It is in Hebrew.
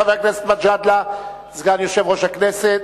חבר הכנסת מג'אדלה, סגן יושב-ראש הכנסת,